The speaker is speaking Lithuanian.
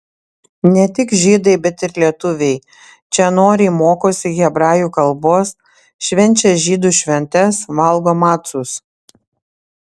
ne tik žydai bet ir lietuviai čia noriai mokosi hebrajų kalbos švenčia žydų šventes valgo macus